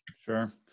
Sure